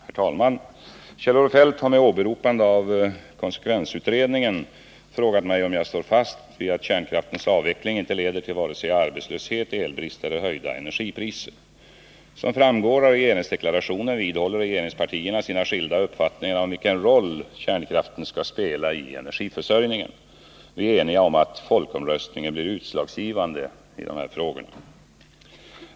Herr talman! Kjell-Olof Feldt har med åberopande av konsekvensutredningen frågat mig om jag står fast vid att kärnkraftens avveckling inte leder till vare sig arbetslöshet, elbrist eller höjda energipriser. Som framgår av regeringsdeklarationen vidhåller regeringspartierna sina skilda uppfattningar om vilken roll kärnkraften skall spela i energiförsörjningen. Vi är eniga om att folkomröstningen blir utslagsgivande i dessa frågor.